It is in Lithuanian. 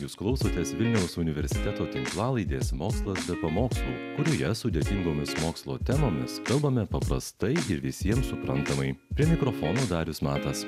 jūs klausotės vilniaus universiteto tinklalaidės mokslas be pamokslų kurioje sudėtingomis mokslo temomis kalbame paprastai ir visiems suprantamai prie mikrofono darius matas